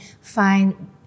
find